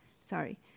sorry